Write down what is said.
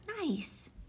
nice